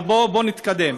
אבל בואו נתקדם.